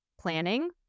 planning